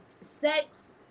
sex